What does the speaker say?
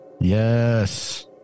Yes